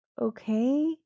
okay